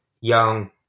young